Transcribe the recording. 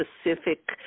specific